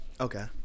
Okay